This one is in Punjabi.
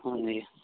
ਹਾਂਜੀ